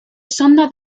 sonda